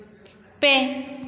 ᱯᱮ